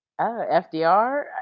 FDR